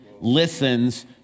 listens